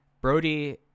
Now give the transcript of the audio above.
Brody